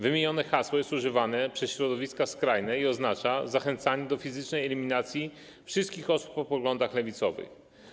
Wymienione hasło jest używane przez środowiska skrajne i oznacza zachęcanie do fizycznej eliminacji wszystkich osób o poglądach lewicowych.